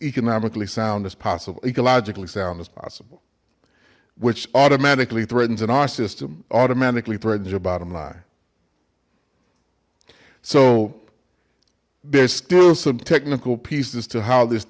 economically sound as possible ecologically sound as possible which automatically threatens in our system automatically threatens your bottom line so there's still some technical pieces to how this